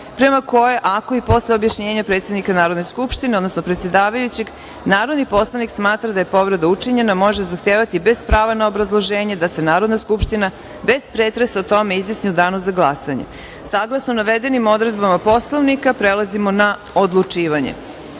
prema kojoj ako i posle objašnjenja predsednika Narodne skupštine, odnosno predsedavajućeg, narodni poslanik smatra da je povreda učinjena, može zahtevati, bez prava na obrazloženje, da se Narodna skupština, bez pretresa, o tome izjasni u danu za glasanje. Saglasno navedenim odredbama Poslovnika, prelazimo na odlučivanje. Narodni